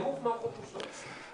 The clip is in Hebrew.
טירוף מערכות מוחלט.